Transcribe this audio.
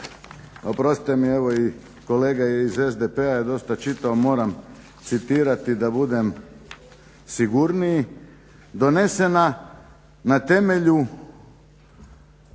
oprostite mi evo i kolega iz SDP-a je dosta čitao, moram citirati da budem sigurniji: donesena na temelju